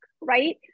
Right